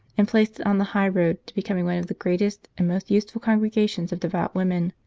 and placed it on the highroad to become one of the greatest and most useful congregations of devout women.